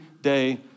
day